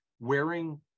wearing